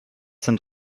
sind